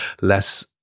less